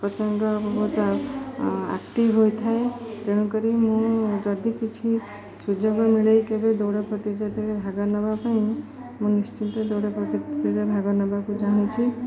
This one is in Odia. ପ୍ରତ୍ୟେଙ୍ଗ ବହୁତ ଆକ୍ଟିଭ୍ ହୋଇଥାଏ ତେଣୁ କରି ମୁଁ ଯଦି କିଛି ସୁଯୋଗ ମିଳେ କେବେ ଦୌଡ଼ ପ୍ରତିଯୋଗିତା ଭାଗ ନେବା ପାଇଁ ମୁଁ ନିଶ୍ଚିନ୍ତ ଦୌଡ଼ ପ୍ରତିଯୋଗିତା ଭାଗ ନେବାକୁ ଚାହୁଁଛି